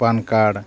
pan card